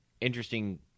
interesting